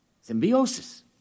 Symbiosis